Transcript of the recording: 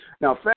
now